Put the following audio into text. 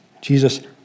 Jesus